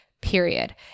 period